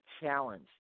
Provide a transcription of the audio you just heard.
challenge